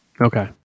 Okay